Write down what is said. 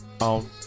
on